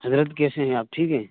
حضرت کیسے ہیں آپ ٹھیک ہیں